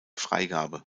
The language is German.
freigabe